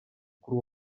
kuri